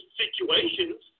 situations